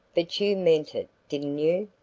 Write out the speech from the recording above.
but you meant it, didn't you?